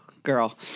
girl